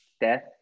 death